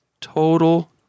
Total